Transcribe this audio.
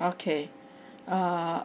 okay err